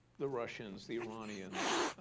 the russians, the iranians,